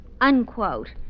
Unquote